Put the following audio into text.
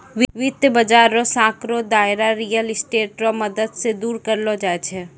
वित्त बाजार रो सांकड़ो दायरा रियल स्टेट रो मदद से दूर करलो जाय छै